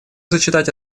зачитать